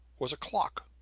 was a clock.